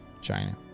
China